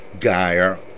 Geyer